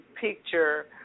picture